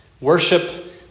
Worship